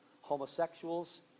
homosexuals